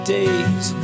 Days